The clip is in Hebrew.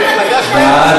אנחנו מצביעים על